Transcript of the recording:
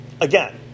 again